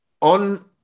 on